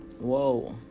whoa